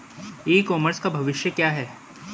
ई commerce का भविष्य क्या है?